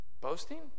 boasting